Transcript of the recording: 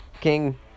King